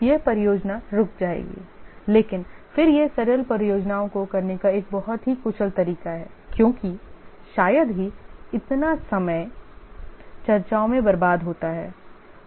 यह परियोजना रुक जाएगी लेकिन फिर यह सरल परियोजनाओं को करने का एक बहुत ही कुशल तरीका है क्योंकि शायद ही इतना समय चर्चाओं में बर्बाद होता है